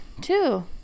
Two